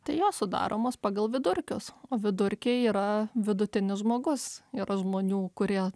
tai jo sudaromos pagal vidurkius o vidurkiai yra vidutinis žmogus yra žmonių kurie